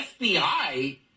FBI